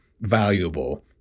valuable